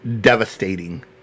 devastating